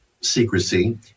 secrecy